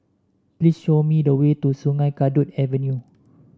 please show me the way to Sungei Kadut Avenue